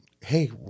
Hey